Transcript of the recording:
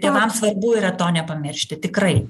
tėvams svarbu yra to nepamiršti tikrai